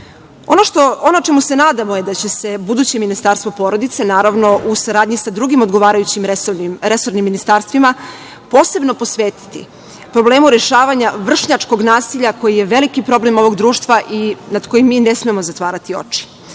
čemu se nadamo je da će se buduće ministarstvo porodice, naravno u saradnji sa drugim odgovarajućim resornim ministarstvima, posebno posvetiti problemu rešavanja vršnjačkog nasilja koji je veliki problem ovog društva i nad kojim mi ne smemo zatvarati oči.